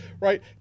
right